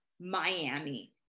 Miami